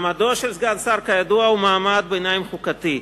כידוע, מעמדו של סגן שר הוא מעמד ביניים חוקתי.